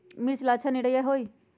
मिर्च ला अच्छा निरैया होई?